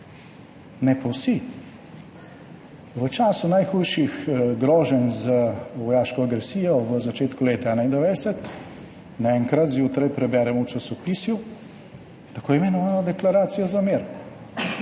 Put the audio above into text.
ne pa vsi.V času najhujših groženj z vojaško agresijo v začetku leta 1991 naenkrat zjutraj preberem v časopisju tako imenovano Deklaracijo za mir,